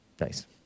Nice